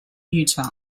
utah